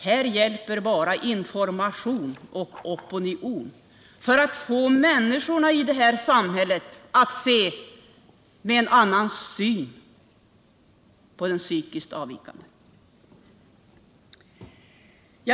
Här hjälper bara information och opinion för att få människorna i vårdsamhället att se med andra ögon på den psykiskt avvikande.